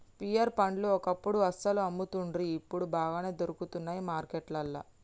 pear పండ్లు ఒకప్పుడు అస్సలు అమ్మపోతుండ్రి ఇప్పుడు బాగానే దొరుకుతానయ్ మార్కెట్లల్లా